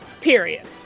Period